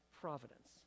providence